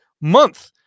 month